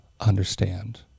understand